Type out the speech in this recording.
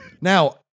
now